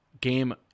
game